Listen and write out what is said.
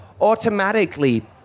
automatically